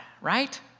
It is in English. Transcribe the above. right